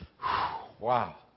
wow